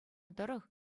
тӑрӑх